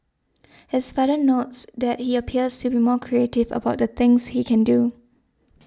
his father notes that he appears to be more creative about the things he can do